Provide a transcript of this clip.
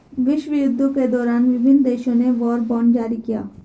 विश्वयुद्धों के दौरान विभिन्न देशों ने वॉर बॉन्ड जारी किया